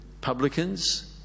publicans